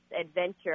adventure